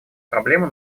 проблему